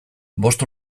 bost